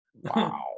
Wow